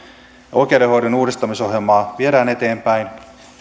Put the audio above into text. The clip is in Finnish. oikeudenhoidon uudistamisohjelmaa viedään eteenpäin